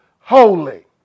holy